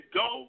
go